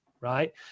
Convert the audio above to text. Right